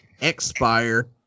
Expire